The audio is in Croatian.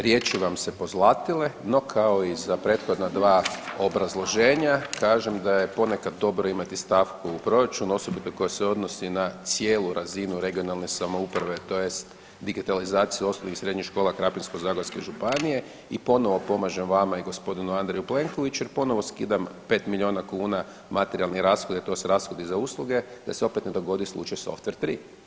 Riječi vam se pozlatile, no kao i za prethodna dva obrazloženja kažem da je ponekad dobro imati stavku u proračunu, osobito koje se odnosi na cijelu razinu regionalne samouprave tj. digitalizaciju osnovnih i srednjih škola Krapinsko-zagorske županije i ponovo pomažem vama i g. Andreju Plenkoviću jer ponovo skidam 5 milijuna kuna materijalni rashodi, tj. rashodi za usluge da se opet ne dogodi slučaj softver tri.